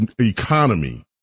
economy